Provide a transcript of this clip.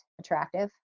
Attractive